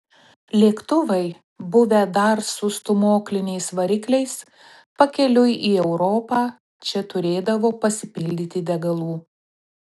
lėktuvai buvę dar su stūmokliniais varikliais pakeliui į europą čia turėdavo pasipildyti degalų